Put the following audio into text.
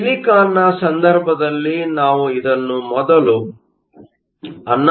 ಸಿಲಿಕಾನ್ನ ಸಂದರ್ಭದಲ್ಲಿ ನಾವು ಇದನ್ನು ಮೊದಲು 11